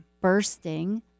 bursting